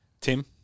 Tim